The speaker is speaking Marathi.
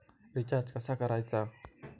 रिचार्ज कसा करायचा?